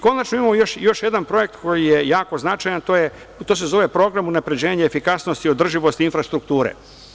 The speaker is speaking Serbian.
Konačno imamo još jedan projekat koji je jako značajan, a to se zove – Program unapređenja efikasnosti održivosti infrastrukture.